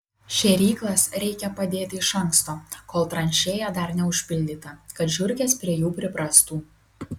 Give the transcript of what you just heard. šėryklas reikia padėti iš anksto kol tranšėja dar neužpildyta kad žiurkės prie jų priprastų